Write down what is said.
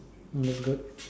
mm that's good